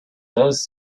those